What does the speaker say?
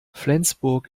flensburg